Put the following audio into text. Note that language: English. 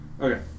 okay